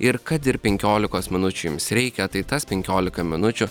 ir kad ir penkiolikos minučių jums reikia tai tas penkiolika minučių